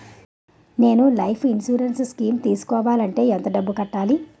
నేను life insurance scheme తీసుకోవాలంటే ఎంత డబ్బు కట్టాలి?